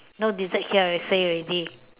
no dessert here I say already